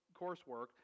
coursework